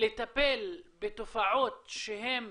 לטפל בתופעות שהן